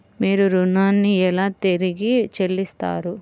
మీరు ఋణాన్ని ఎలా తిరిగి చెల్లిస్తారు?